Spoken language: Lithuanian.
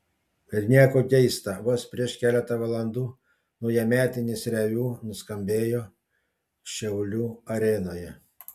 ir nieko keista vos prieš keletą valandų naujametinis reviu nuskambėjo šiaulių arenoje